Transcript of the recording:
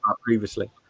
Previously